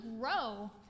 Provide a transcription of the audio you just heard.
grow